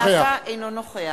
נפאע, אינו נוכח